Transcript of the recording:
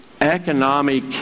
economic